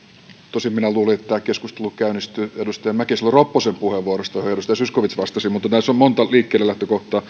tosin minä luulin että tämä keskustelu käynnistyi edustaja mäkisalo ropposen puheenvuorosta johon edustaja zyskowicz vastasi mutta tässä on monta liikkeellelähtökohtaa